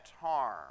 harm